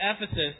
Ephesus